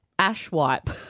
Ashwipe